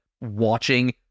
watching